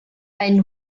einen